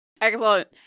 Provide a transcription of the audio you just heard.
excellent